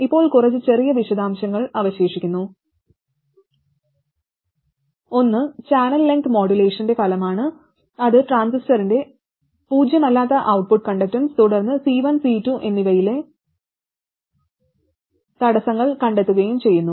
ഇപ്പോൾ കുറച്ച് ചെറിയ വിശദാംശങ്ങൾ അവശേഷിക്കുന്നു ഒന്ന് ചാനൽ ലെങ്ത് മോഡുലേഷന്റെ ഫലമാണ് അത് ട്രാൻസിസ്റ്ററിന്റെ പൂജ്യമല്ലാത്ത ഔട്ട്പുട്ട് കണ്ടക്റ്റൻസ് തുടർന്ന് C1 C2 എന്നിവയിലെ തടസ്സങ്ങൾ കണ്ടെത്തുകയും ചെയ്യുന്നു